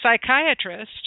psychiatrist